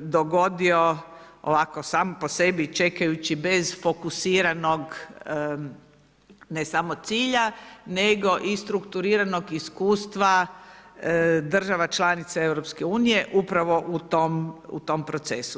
dogodio ovako sam po sebi čekajući bez fokusiranog ne samo cilja, nego i strukturiranog iskustva država članica Europske unije upravo u tom procesu.